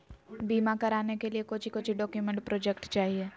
बीमा कराने के लिए कोच्चि कोच्चि डॉक्यूमेंट प्रोजेक्ट चाहिए?